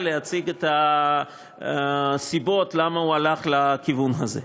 להציג את הסיבות למה הוא הלך לכיוון הזה.